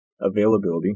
availability